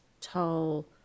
tall